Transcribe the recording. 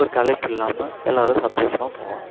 ஒரு களைப்பு இல்லாமல் எல்லோரும் சந்தோஷமாக போவாங்க